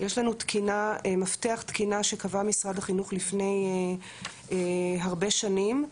יש לנו מפתח תקינה שמשרד החינוך קבע לפני הרבה שנים,